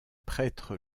prêtre